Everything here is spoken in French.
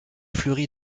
fleurit